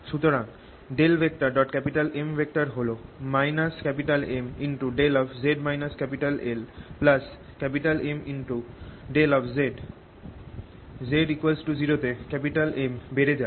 সুতরাং M হল Mδ Mδ z0 তে M বেড়ে যায়